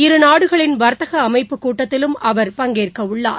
இரு நாடுகளின் வர்த்தக அமைப்புக் கூட்டத்திலும் அவர் பங்கேற்கவுள்ளார்